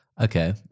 Okay